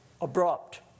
abrupt